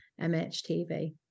MHTV